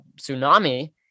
tsunami